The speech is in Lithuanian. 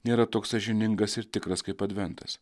nėra toks sąžiningas ir tikras kaip adventas